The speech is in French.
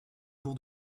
jour